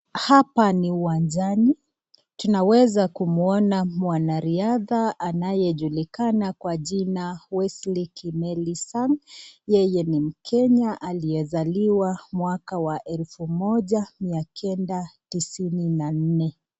Hapa ni uwanjani tunaweza kumwona mwanariadha anayejulikana kwa jina Wesley Kimely sang yeye ni mkenya aliyezaliwa mwaka wa elfu moja miakenda tisini na nne.